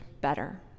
better